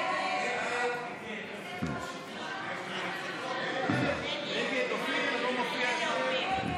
הסתייגות 1 לא נתקבלה.